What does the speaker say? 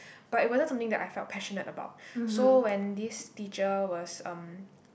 but it wasn't something that I felt passionate about so when this teacher was um